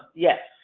yes,